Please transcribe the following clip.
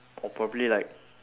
or probably like